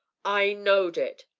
i knowed it!